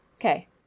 Okay